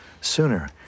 sooner